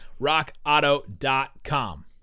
rockauto.com